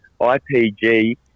IPG